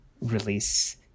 release